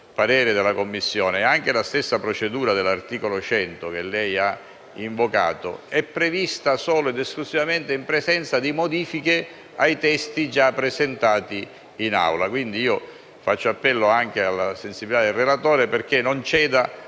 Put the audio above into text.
parere della Commissione ed anche la stessa procedura dell'articolo 100, che lei ha invocato, è prevista solo ed esclusivamente in presenza di modifiche ai testi già presentati in Aula. Pertanto, faccio appello anche alla sensibilità del relatore affinché non ceda